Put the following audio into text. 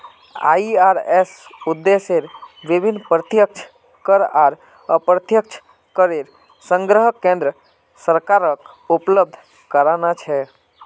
IRS उद्देश्य विभिन्न प्रत्यक्ष कर आर अप्रत्यक्ष करेर संग्रह केन्द्र सरकारक उपलब्ध कराना छे